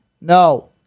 no